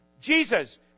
Jesus